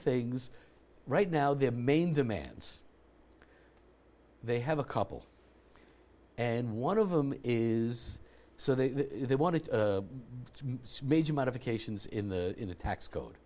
things right now their main demands they have a couple and one of them is so they they wanted to major modifications in the tax code